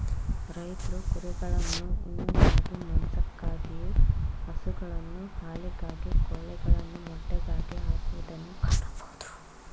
ರೈತ್ರು ಕುರಿಗಳನ್ನು ಉಣ್ಣೆಗಾಗಿ, ಮಾಂಸಕ್ಕಾಗಿಯು, ಹಸುಗಳನ್ನು ಹಾಲಿಗಾಗಿ, ಕೋಳಿಗಳನ್ನು ಮೊಟ್ಟೆಗಾಗಿ ಹಾಕುವುದನ್ನು ಕಾಣಬೋದು